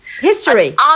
History